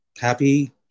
happy